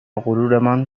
غرورمان